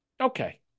okay